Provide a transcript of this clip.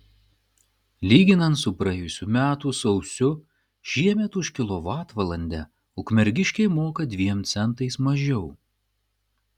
lyginant su praėjusių metų sausiu šiemet už kilovatvalandę ukmergiškiai moka dviem centais mažiau